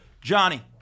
Johnny